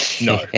No